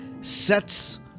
sets